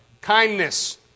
kindness